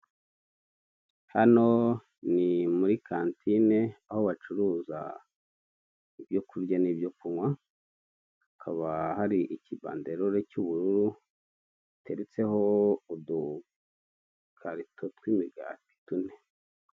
Hano ni muri kantine aho bacuruza ibyo kurya n'ibyo kunywa hakaba hari ikibanderore cy'ubururu giteretseho udukarito tw'imigati tune